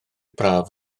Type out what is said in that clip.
braf